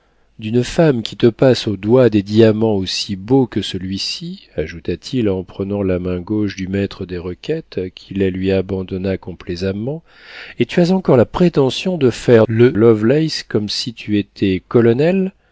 d'une femme qui te passe au doigt des diamants aussi beaux que celui-ci ajouta-t-il en prenant la main gauche du maître des requêtes qui la lui abandonna complaisamment et tu as encore la prétention de faire le lovelace comme si tu étais colonel